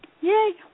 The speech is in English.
Yay